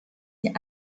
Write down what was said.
die